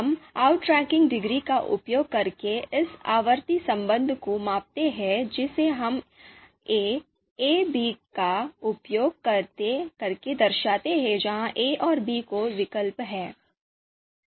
हम आउट्रैकिंग डिग्री का उपयोग करके इस आवर्ती संबंध को मापते हैं जिसे हम एस ए बी का उपयोग करके दर्शाते हैं जहां ए और बी दो विकल्प हैं